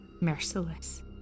Merciless